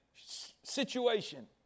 situation